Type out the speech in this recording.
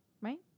Right